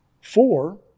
four